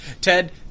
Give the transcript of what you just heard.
Ted